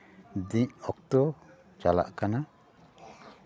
ᱫᱤᱱ ᱚᱠᱛᱚ ᱪᱟᱞᱟᱜ ᱠᱟᱱᱟ